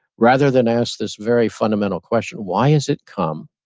rather than ask this very fundamental question, why has it come?